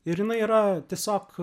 ir jinai yra tiesiog